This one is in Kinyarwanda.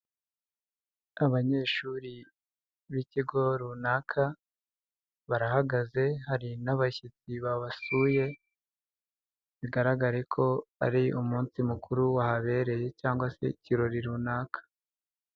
Abanyeshuri b'ikigo runaka barahagaze hari n'abashyitsi babasuye bigaragare ko ari umunsi mukuru wahabereye cyangwa se ikirori runaka.